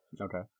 Okay